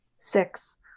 Six